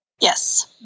Yes